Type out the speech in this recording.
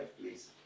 please